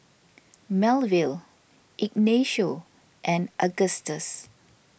Melville Ignacio and Augustus